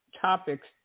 topics